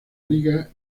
liga